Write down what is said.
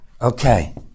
Okay